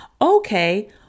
Okay